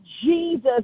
Jesus